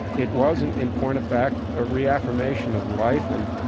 it was in in point of fact a reaffirmation of life and,